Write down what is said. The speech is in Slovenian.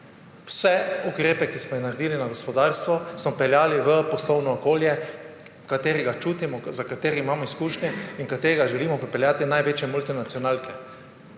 Vse ukrepe, ki smo jih naredili na gospodarstvu, smo peljali v poslovno okolje, katerega čutimo, za katerega imamo izkušnje in v katerega želimo pripeljati največje multinacionalke.